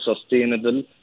sustainable